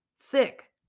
thick